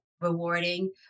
rewarding